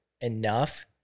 enough